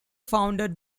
founded